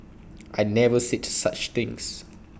I never said such things